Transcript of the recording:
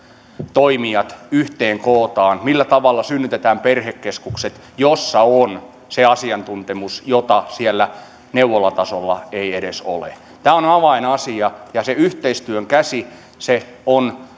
toimijat yhteen kootaan millä tavalla synnytetään perhekeskukset joissa on se asiantuntemus jota siellä neuvolatasolla ei edes ole tämä on avainasia ja sen yhteistyön käden on